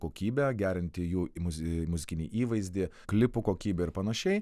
kokybę gerinti jų muzi muzikinį įvaizdį klipų kokybę ir panašiai